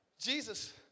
Jesus